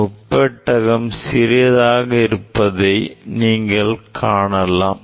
முப்பெட்டகம் சிறியதாக இருப்பதை நீங்கள் காணலாம்